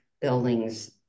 buildings